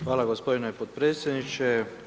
Hvala gospodine potpredsjedniče.